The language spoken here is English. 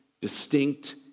distinct